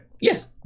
Yes